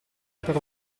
per